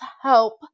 help